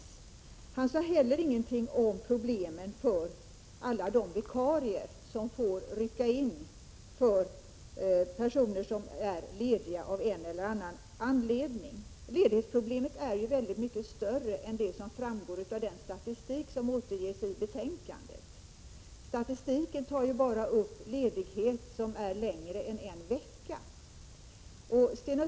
Sten Östlund sade heller ingenting om problemen för alla de vikarier som får rycka in för personer som är lediga av en eller annan anledning. Ledighetsproblemet är väldigt mycket större än vad som framgår av den statistik som återges i betänkandet. Statistiken tar ju bara upp ledighet som är längre än en vecka.